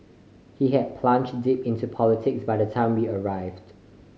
he had plunged deep into politics by the time we arrived